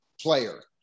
player